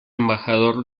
embajador